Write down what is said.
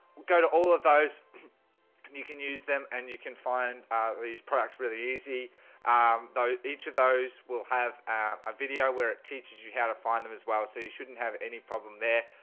go to all of those and you can use them and you can find these products really easy um though each of those will have a video where it teaches you how to find them as well so you shouldn't have any problem there.